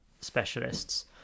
specialists